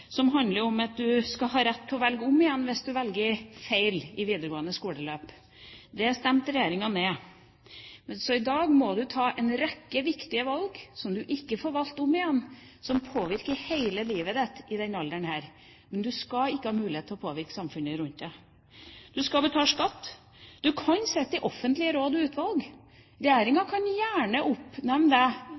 som handler om at man skal ha rett til å velge om igjen hvis man velger feil i videregående skoleløp. Det stemte regjeringa ned. I dag må man i denne alderen ta en rekke viktige valg, som man ikke får gjort om igjen, og som påvirker hele livet ens, men man skal ikke ha muligheten til å påvirke samfunnet rundt en. Man skal betale skatt, man kan sitte i offentlige råd og utvalg. Regjeringa kan gjerne oppnevne